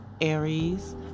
Aries